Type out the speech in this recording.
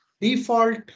default